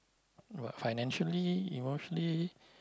what financially emotionally